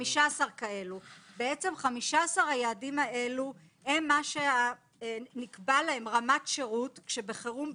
ל-15 היעדים האלה נקבעה רמת שירות כשבחירום,